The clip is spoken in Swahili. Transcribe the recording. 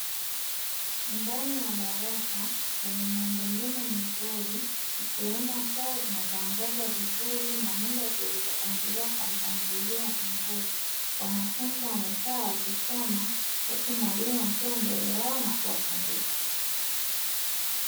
Ndani ya darasa lenye miundombinu mizuri ikiwemo taa zinazoangaza vizuri na meza zilizopangiliwa kwa mpangilio mzuri. Wanafunzi wamekaa wakisoma huku mwalimu akiwa mbele yao na kuwafundisha.